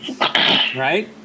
Right